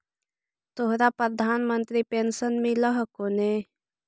तोहरा प्रधानमंत्री पेन्शन मिल हको ने?